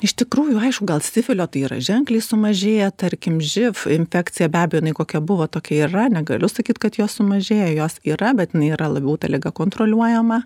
iš tikrųjų aišku gal sifilio tai yra ženkliai sumažėję tarkim živ infekcija be abejo tai kokia buvo tokia ir yra negaliu sakyt kad jos sumažėjo jos yra bet jinai yra labiau ta liga kontroliuojama